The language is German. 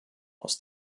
aus